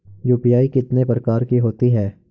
UPI कितने प्रकार की होती हैं?